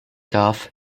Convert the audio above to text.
darf